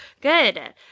Good